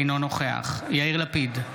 אינו נוכח יאיר לפיד,